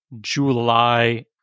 july